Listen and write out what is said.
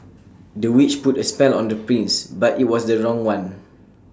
the witch put A spell on the prince but IT was the wrong one